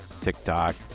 TikTok